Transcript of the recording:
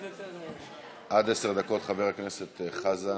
עד עשר דקות, חבר הכנסת חזן.